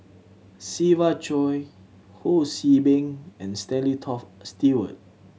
Siva Choy Ho See Beng and Stanley Toft Stewart